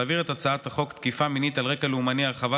להעביר את הצעת חוק תקיפה מינית על רקע לאומני (הרחבת